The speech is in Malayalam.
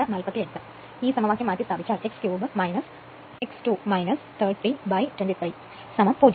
നമ്മൾ ഈ സമവാക്യം മാറ്റിസ്ഥാപിച്ചാൽ x ക്യൂബ് x 2 30 ന് 23 0 ആകും